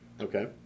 okay